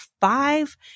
five